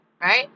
Right